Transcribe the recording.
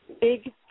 big